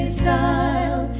style